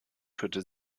führte